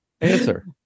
answer